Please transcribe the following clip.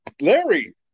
Larry